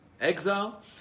exile